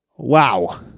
Wow